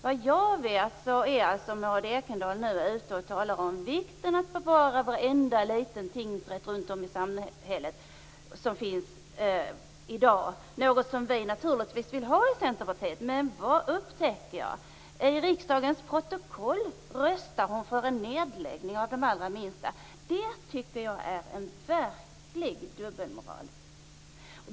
Vad jag vet är Maud Ekendahl nu ute och talar om vikten av att bevara varenda liten tingsrätt som finns runt om i samhället i dag. Dem vill ju naturligtvis också vi i Centerpartiet ha kvar. Men vad upptäcker jag? I riksdagens protokoll ser jag att hon röstat för en nedläggning av de allra minsta tingsrätterna! Det tycker jag är en verklig dubbelmoral.